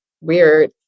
weird